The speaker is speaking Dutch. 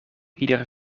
ieder